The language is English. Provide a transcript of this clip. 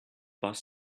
bus